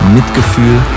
Mitgefühl